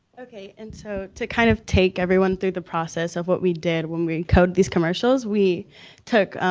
okay, and so to kind of take everyone through the process of what we did when we encode these commercials, we took